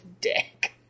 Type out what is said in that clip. dick